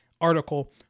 article